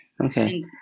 Okay